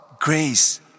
grace